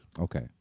Okay